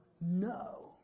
No